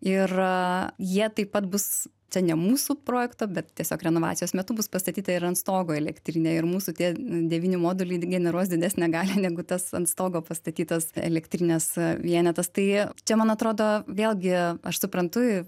ir jie taip pat bus čia ne mūsų projekto bet tiesiog renovacijos metu bus pastatyta ir ant stogo elektrinė ir mūsų tie devyni moduliai generuos didesnę galią negu tas ant stogo pastatytas elektrinės vienetas tai čia man atrodo vėlgi aš suprantu